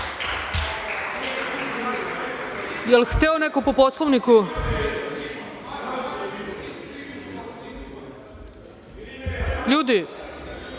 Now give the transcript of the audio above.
je hteo neko po Poslovniku? Ljudi,